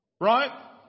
Right